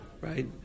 right